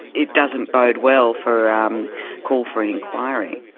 it doesn't bode well for a um call for an inquiry.